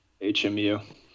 hmu